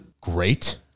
great